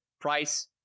Price